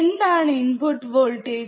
എന്താണ് input voltage